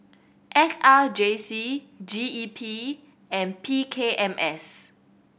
S R J C G E P and P K M S